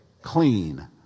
clean